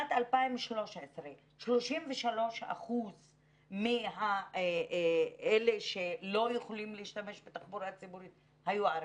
בשנת 2013 33% מאלה שלא יכלו להשתמש בתחבורה ציבורית היו ערבים.